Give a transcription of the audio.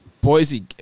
Boise